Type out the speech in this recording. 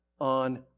on